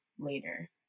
later